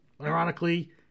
ironically